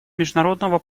международного